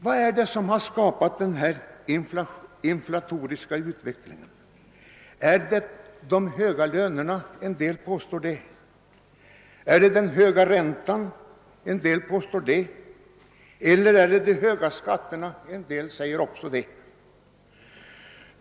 Vad är det då som skapat denna inflatoriska utveckling? är det de höga lönerna som en del påstår, är det den höga räntan, som en del påstår, eller är det de höga skatterna som en del andra säger.